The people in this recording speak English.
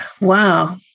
Wow